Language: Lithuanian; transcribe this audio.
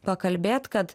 pakalbėt kad